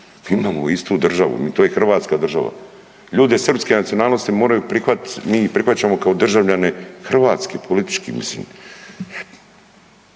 imamo istu državu, to je Hrvatska država, ljudi srpske nacionalnosti moraju prihvatiti, mi ih prihvaćamo kao državljane Hrvatske, politički, mislim,